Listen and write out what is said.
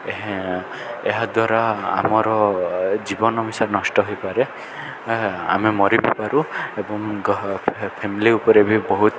ଏହା ଏହାଦ୍ୱାରା ଆମର ଜୀବନ ମିଶା ନଷ୍ଟ ହୋଇପାରେ ଆମେ ମରି ବି ପାରୁ ଏବଂ ଗ ଫ୍ୟାମିଲି ଉପରେ ବି ବହୁତ